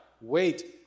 wait